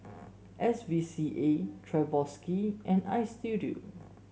S V C A Swarovski and Istudio